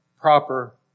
proper